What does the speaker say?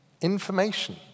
information